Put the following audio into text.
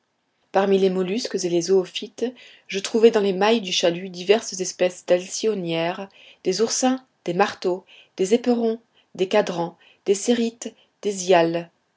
parmi les mollusques et les zoophytes je trouvai dans les mailles du chalut diverses espèces d'alcyoniaires des oursins des marteaux des éperons des cadrans des cérites des